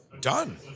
Done